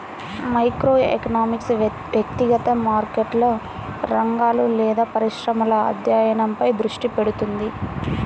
microeconomics వ్యక్తిగత మార్కెట్లు, రంగాలు లేదా పరిశ్రమల అధ్యయనంపై దృష్టి పెడుతుంది